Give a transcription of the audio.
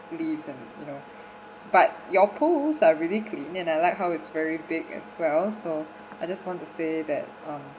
leaves and you know but your pool are really clean and I like how it's very big as well so I just want to say that um